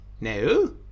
No